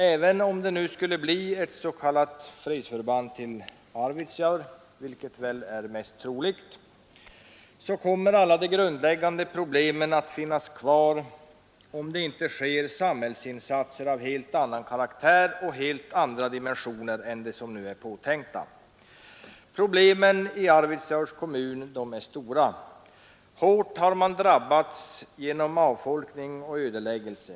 Även om det nu skulle bli ett s.k. fredsförband i Arvidsjaur, vilket väl är mest troligt, kommer alla de grundläggande problemen att finnas kvar, om det inte sker samhällsinsatser av helt annan karaktär och helt andra dimensioner än de som nu är påtänkta. i; Problemen i Arvidsjaurs kommun är stora. Hårt har man drabbats genom avfolkning och ödeläggelse.